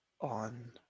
On